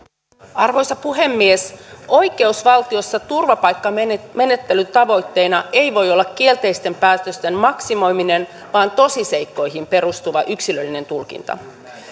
arvoisa puhemies oikeusvaltiossa turvapaikkamenettelyn tavoitteena ei voi olla kielteisten päätösten maksimoiminen vaan tosiseikkoihin perustuva yksilöllinen tulkinta